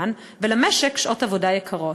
שעות עבודה יקרות.